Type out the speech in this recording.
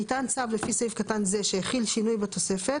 ניתן צו לפי סעיף קטן זה שהחיל שינוי בתוספת,